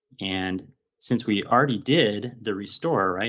and since we already did the restore,